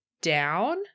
down